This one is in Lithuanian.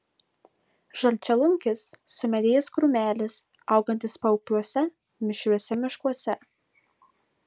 žalčialunkis sumedėjęs krūmelis augantis paupiuose mišriuose miškuose